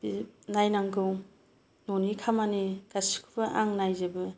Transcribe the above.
नायनांगौ न'नि खामानि गासिखौबो आं नायजोबो